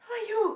who are you